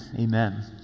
Amen